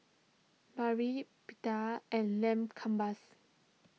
Pita and Lamb Kebabs